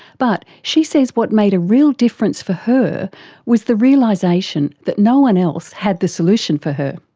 but she says what made a real difference for her was the realisation that no one else had the solution for her.